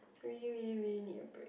really really really need a break